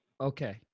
Okay